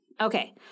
Okay